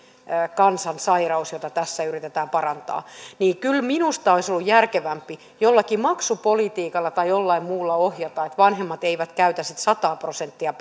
kansansairaus jota tässä yritetään parantaa niin kyllä minusta olisi ollut järkevämpi jollakin maksupolitiikalla tai jollain muulla ohjata että vanhemmat eivät käytä sitä sata prosenttia